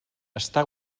està